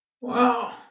Wow